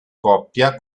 coppia